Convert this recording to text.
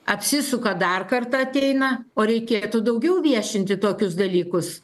apsisuka dar kartą ateina o reikėtų daugiau viešinti tokius dalykus